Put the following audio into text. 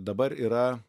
dabar yra